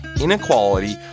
inequality